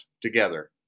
together